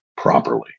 Properly